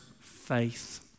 faith